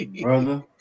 Brother